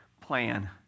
plan